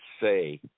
Say